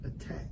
attack